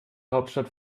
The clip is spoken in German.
hauptstadt